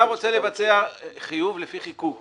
אתה רוצה לבצע חיוב לפי חיקוק.